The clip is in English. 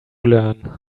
learn